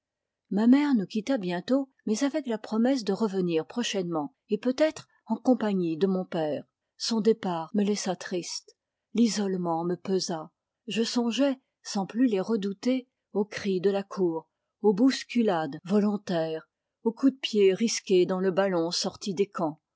ma mère nous quitta bientôt mais avec la promesse de revenir prochainement et peut être en compagnie démon père son départ me laissa triste l'isolement me pesa je songeais sans plus les redouter aux cris de la cour aux bousculades volontaires au coup de pied risqué dans le ballon sorti des camps